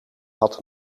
had